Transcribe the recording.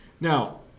Now